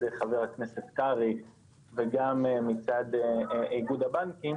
חבר הכנסת קרעי וגם מצד איגוד הבנקים,